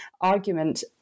argument